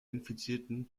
infizierten